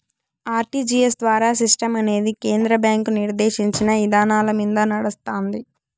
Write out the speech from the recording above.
RTGS ద్వారా సిస్టమనేది కేంద్ర బ్యాంకు నిర్దేశించిన ఇదానాలమింద నడస్తాంది